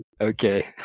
Okay